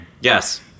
Yes